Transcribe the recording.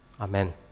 Amen